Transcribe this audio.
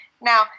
Now